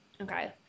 okay